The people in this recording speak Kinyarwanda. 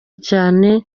cyane